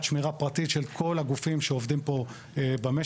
שמירה פרטית של כל הגופים שעובדים פה במשק.